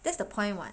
that's the point [what]